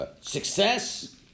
success